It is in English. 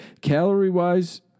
Calorie-wise